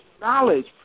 knowledge